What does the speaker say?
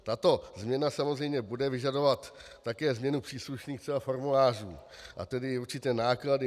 Tato změna samozřejmě bude vyžadovat také třeba změnu příslušných formulářů, a tedy i určité náklady.